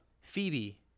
Phoebe